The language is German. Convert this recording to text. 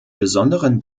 besonderen